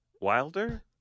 Wilder